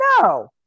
no